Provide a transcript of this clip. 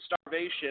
starvation